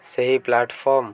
ସେହି ପ୍ଲାଟଫର୍ମ